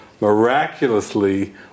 miraculously